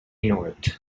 north